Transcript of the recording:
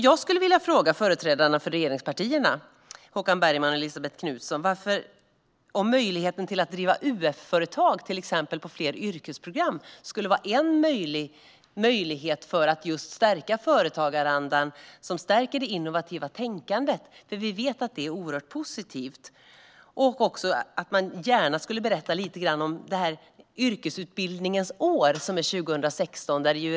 Jag vill fråga företrädarna för regeringspartierna, Håkan Bergman och Elisabet Knutsson, om det skulle vara möjligt att driva UF-företag på fler yrkesprogram för att stärka företagarandan som stärker det innovativa tänkandet. Vi vet att det är oerhört positivt. Jag skulle också gärna vilja lite höra mer om detta med yrkesutbildningens år som är 2016.